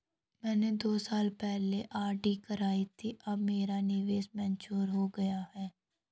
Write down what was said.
मैंने दो साल पहले आर.डी करवाई थी अब मेरा निवेश मैच्योर हो गया है